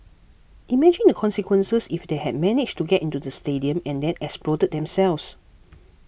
imagine the consequences if they had managed to get into the stadium and then exploded themselves